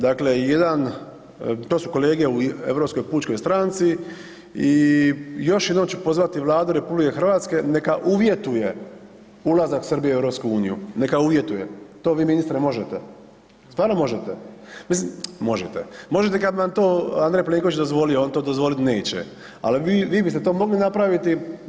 Dakle, jedan, to su kolege u Europskoj pučkoj stranci i još jednom ću pozvati Vladu RH neka uvjetuje ulazak Srbije u EU, neka uvjetuje, to vi ministre možete, stvarno možete, mislim možete, možete kad bi vam to Andrej Plenković dozvolio, on to dozvolit neće, ali vi, vi biste to mogli napraviti.